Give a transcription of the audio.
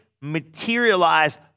materialize